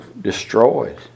destroyed